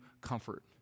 comfort